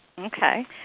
Okay